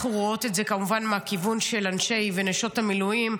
אנחנו רואות את זה כמובן מהכיוון של אנשי ונשות המילואים,